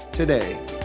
today